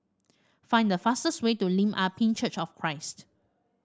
find the fastest way to Lim Ah Pin Church of Christ